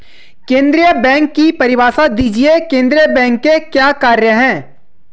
केंद्रीय बैंक की परिभाषा दीजिए केंद्रीय बैंक के क्या कार्य हैं?